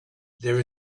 there